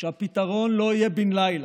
שהפתרון לא יהיה בן לילה,